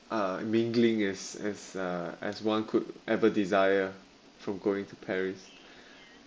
uh mingling as as uh as one could ever desire from going to paris